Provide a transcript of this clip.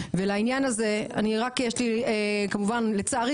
ולעניין הזה אני רק יש לי כמובן לצערי